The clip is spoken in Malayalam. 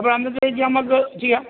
അപ്പോൾ അന്നത്തേക്ക് നമുക്ക് ചെയ്യാം